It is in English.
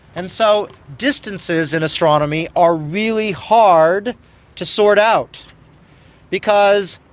and so distances in astronomy are really hard to sort out because,